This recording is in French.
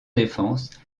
défense